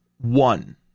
one